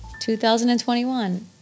2021